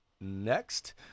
Next